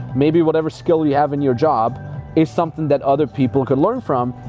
maybe whatever skill you have in your job is something that other people can learn from.